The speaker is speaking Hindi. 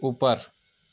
ऊपर